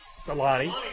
Salani